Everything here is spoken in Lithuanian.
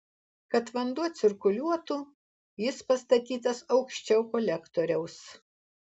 kad vanduo cirkuliuotų jis pastatytas aukščiau kolektoriaus